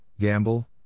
Gamble